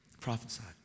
Prophesied